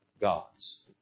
gods